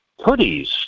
hoodies